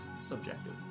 subjective